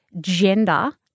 gender